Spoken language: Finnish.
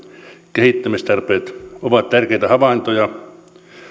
kehittämistarpeet ovat tärkeitä havaintoja